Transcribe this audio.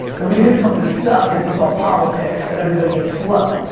the reason companies suck is it's all politics, and everybody gets slow,